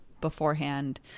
beforehand